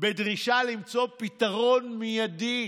בדרישה למצוא פתרון מיידי,